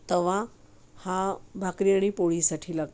तवा हा भाकरी आणि पोळीसाठी लागतो